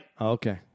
Okay